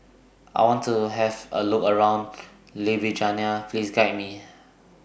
I want to Have A Look around Ljubljana Please Guide Me